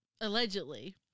allegedly